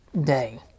day